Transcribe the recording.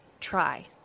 try